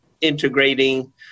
integrating